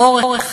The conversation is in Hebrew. באורך חייו,